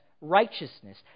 righteousness